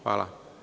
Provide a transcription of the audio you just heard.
Hvala.